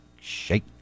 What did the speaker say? shake